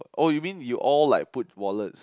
oh you mean you all like put wallets